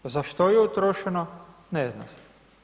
Za što je utrošeno, ne zna se.